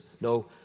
No